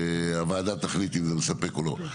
הוועדה תחליט אם זה מספק או לא.